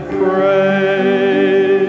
pray